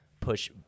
push